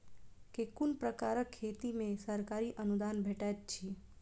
केँ कुन प्रकारक खेती मे सरकारी अनुदान भेटैत अछि?